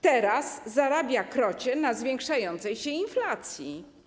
Teraz zarabia krocie na zwiększającej się inflacji.